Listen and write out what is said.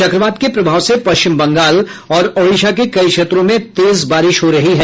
चक्रवात के प्रभाव से पश्चिम बंगाल और ओडिशा के कई क्षेत्रो में तेज बारिश हो रही है